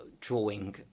drawing